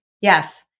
Yes